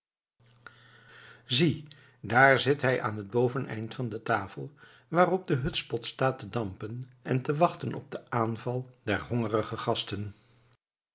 zie daar zit hij aan het boveneind van de tafel waarop de hutspot staat te dampen en te wachten op den aanval der hongerige gasten